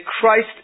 Christ